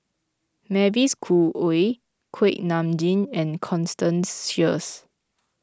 Mavis Khoo Oei Kuak Nam Jin and Constance Sheares